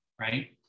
right